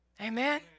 Amen